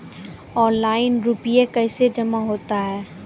Online रुपये कैसे जमा होता हैं?